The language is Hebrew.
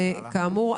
כאמור,